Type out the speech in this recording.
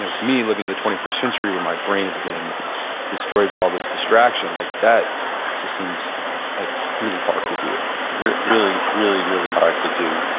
to me, living in the twenty first century where my brain has been destroyed by all this distraction, like that just seems like really hard to do really, really really hard to do.